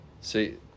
See